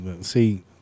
See